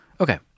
Okay